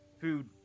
food